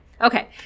Okay